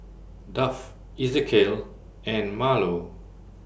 Duff Ezequiel and Marlo